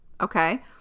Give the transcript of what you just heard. okay